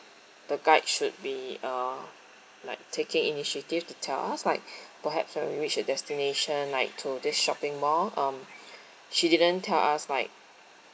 the guide should be uh like taking initiative to tell us like perhaps when we reached a destination like to this shopping mall um she didn't tell us like